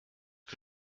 que